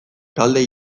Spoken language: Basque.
galde